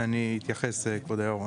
אני אתייחס, כבוד היו"ר.